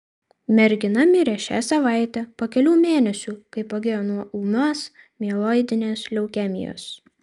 mergina mirė šią savaitę po kelių mėnesių kai pagijo nuo ūmios mieloidinės leukemijos